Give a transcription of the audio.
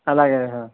అలాగే